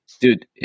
Dude